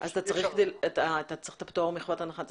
אז אתה צריך את הפטור מחובת הנחה.